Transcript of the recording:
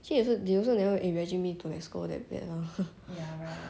actually they also never imagine me to like score that bad lah